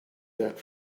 that